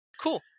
Cool